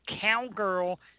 Cowgirl